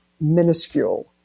minuscule